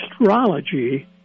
astrology